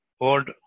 Old